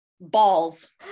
balls